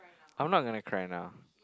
I'm not going to cry now